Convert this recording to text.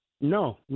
No